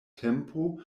tempo